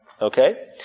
Okay